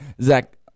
Zach